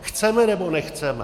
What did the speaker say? Chceme, nebo nechceme?